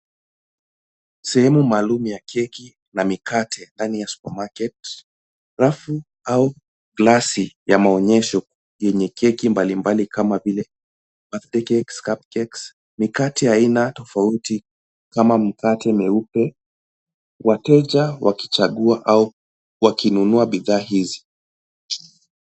Sehemu maalum ya keki na mikate ndani ya supermarket . Rafu au glasi ya maonyesho yenye keki mbalimbali kama vile birthday cakes, cupcakes , mikate ya aina tofauti kama mikate meupe. Wateja wakichagua au wakinunua bidhaa hizi.